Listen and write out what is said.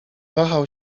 wahał